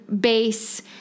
base